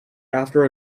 after